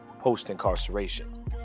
post-incarceration